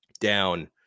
down